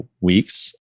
weeks